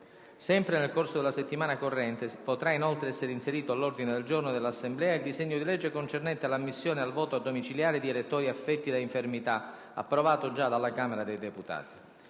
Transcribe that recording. Sempre del corso della settimana corrente, potrà inoltre essere inserito all'ordine del giorno dell'Assemblea il disegno di legge concernente l'ammissione al voto domiciliare di elettori affetti da infermità (approvato dalla Camera dei deputati).